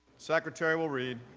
secretary will read.